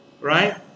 right